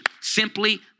Simply